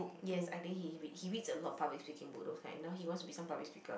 yes I think he he reads he reads a lot of public speaking books those kind now he wants to be some public speaker